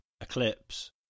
eclipse